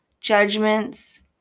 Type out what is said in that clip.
judgments